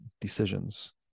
decisions